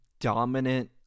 dominant